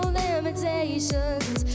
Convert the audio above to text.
limitations